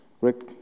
Rick